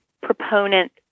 proponent